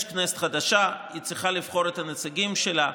יש כנסת חדשה, היא צריכה לבחור את הנציגים שלה.